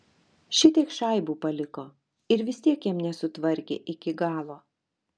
šitiek šaibų paliko ir vis tiek jam nesutvarkė iki galo